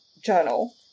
journal